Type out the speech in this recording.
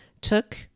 took